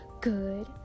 good